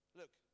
look